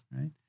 right